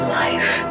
life